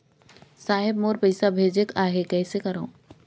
साहेब मोर पइसा भेजेक आहे, कइसे करो?